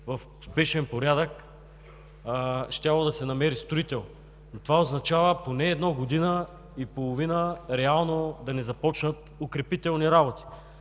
в спешен порядък щял да се намери строител. Това означава поне година и половина реално да не започнат укрепителни работи.